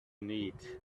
need